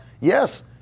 Yes